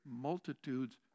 multitudes